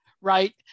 right